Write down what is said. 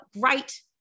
great